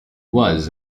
was